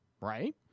Right